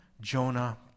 Jonah